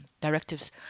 directives